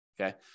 okay